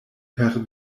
per